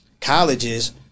colleges